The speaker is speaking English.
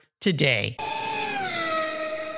today